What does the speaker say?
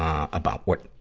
ah about what,